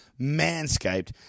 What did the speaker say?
Manscaped